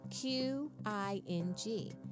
q-i-n-g